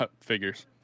Figures